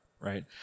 right